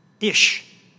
Ish